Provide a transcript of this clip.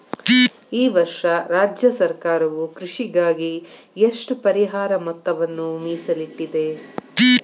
ಈ ವರ್ಷ ರಾಜ್ಯ ಸರ್ಕಾರವು ಕೃಷಿಗಾಗಿ ಎಷ್ಟು ಪರಿಹಾರ ಮೊತ್ತವನ್ನು ಮೇಸಲಿಟ್ಟಿದೆ?